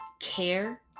care